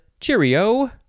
cheerio